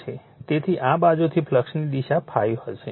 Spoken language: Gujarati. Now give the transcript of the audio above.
તેથી આ બાજુથી ફ્લક્સની દિશા ∅ હશે